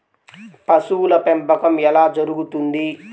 పశువుల పెంపకం ఎలా జరుగుతుంది?